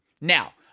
Now